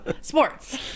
sports